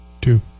Two